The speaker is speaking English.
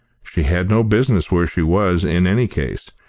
she had no business where she was, in any case,